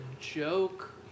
joke